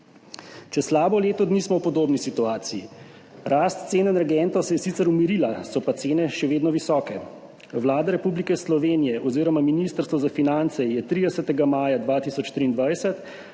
Čez slabo leto dni smo v podobni situaciji. Rast cen energentov se je sicer umirila, so pa cene še vedno visoke. Vlada Republike Slovenije oziroma Ministrstvo za finance je 30. maja 2023